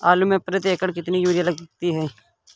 आलू में प्रति एकण कितनी यूरिया लगती है?